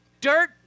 Dirt